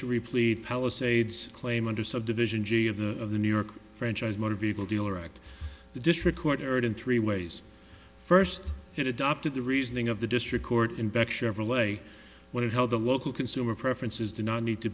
to repleat palisades claim under subdivision g of the of the new york franchise motor vehicle dealer act the district court heard in three ways first it adopted the reasoning of the district court in beck chevrolet when it held the local consumer preferences do not need to